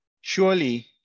Surely